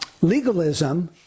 legalism